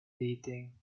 dating